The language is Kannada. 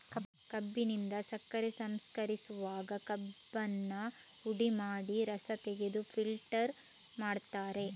ಕಬ್ಬಿನಿಂದ ಸಕ್ಕರೆ ಸಂಸ್ಕರಿಸುವಾಗ ಕಬ್ಬನ್ನ ಹುಡಿ ಮಾಡಿ ರಸ ತೆಗೆದು ಫಿಲ್ಟರ್ ಮಾಡ್ತಾರೆ